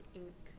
ink